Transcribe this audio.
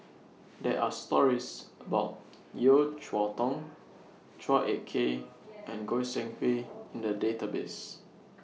There Are stories about Yeo Cheow Tong Chua Ek Kay and Goi Seng Hui in The Database